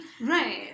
right